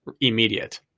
immediate